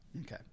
Okay